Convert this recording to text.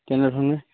কেনেধৰণে